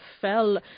fell